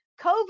COVID